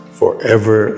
forever